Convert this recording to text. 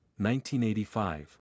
1985